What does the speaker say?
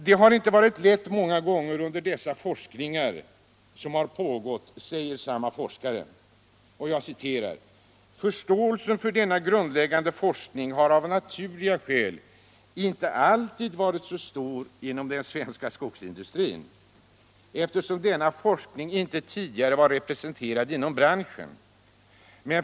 Det har under den tid dessa forskningar pågått många gånger inte varit lätt, säger samma forskare, och han fortsätter: Förståelsen för denna grundläggande forskning har av naturliga skäl inte alltid varit så stor inom den svenska skogsindustrin, eftersom denna forskning inte tidigare varit representerad inom branschen.